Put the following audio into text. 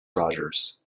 rogers